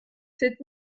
sept